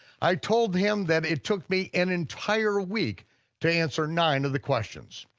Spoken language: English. i told him that it took me an entire week to answer nine of the questions,